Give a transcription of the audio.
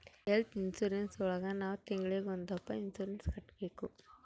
health insurance ಒಳಗ ನಾವ್ ತಿಂಗ್ಳಿಗೊಂದಪ್ಪ ಇನ್ಸೂರೆನ್ಸ್ ಕಟ್ಟ್ಬೇಕು